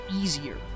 easier